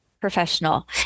professional